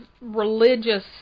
religious